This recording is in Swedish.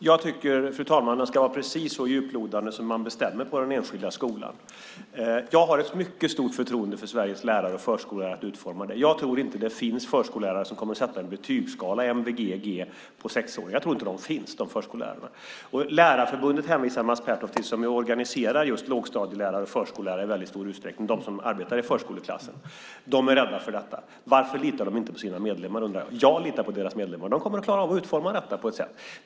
Fru talman! Jag tycker att den ska vara precis så djuplodande som man bestämmer på den enskilda skolan. Jag har ett mycket stort förtroende för att Sveriges lärare och förskollärare kan utforma detta. Jag tror inte att det finns förskollärare som kommer att använda en betygsskala med MVG och G för sexåringar - jag tror inte att de förskollärarna finns. Mats Pertoft hänvisar till Lärarförbundet, som i stor utsträckning organiserar just lågstadielärare och förskollärare, de som arbetar i förskoleklasser, och där är de rädda för detta. Varför litar de inte på sina medlemmar? Jag litar på deras medlemmar. De kommer att klara av att utforma detta.